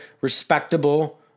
respectable